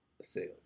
sales